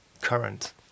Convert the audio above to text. current